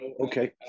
Okay